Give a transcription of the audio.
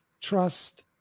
trust